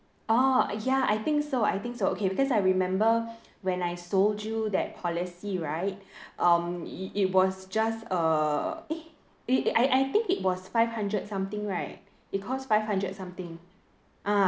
orh ya I think so I think so okay because I remember when I sold you that policy right um it it was just a eh I I think it was five hundred something right it cost five hundred something ah